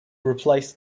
replace